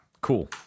Cool